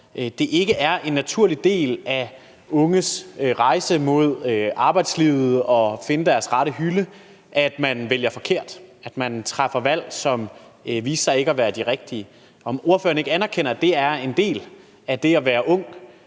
det ikke er en naturlig del af unges rejse mod arbejdslivet og mod at finde deres rette hylde, at man vælger forkert, at man træffer valg, som viste sig ikke at være de rigtige. Anerkender ordføreren ikke, at det er en del af det at være ung,